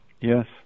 Yes